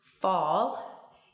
fall